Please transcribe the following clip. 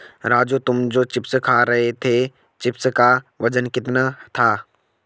राजू तुम जो चिप्स खा रहे थे चिप्स का वजन कितना था?